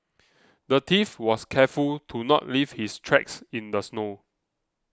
the thief was careful to not leave his tracks in the snow